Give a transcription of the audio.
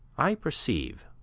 i perceive